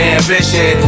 ambition